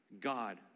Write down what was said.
God